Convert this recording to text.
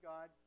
God